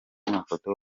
mafoto